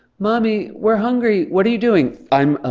mommy, we're hungry. what are you doing? i'm, ah,